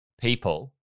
people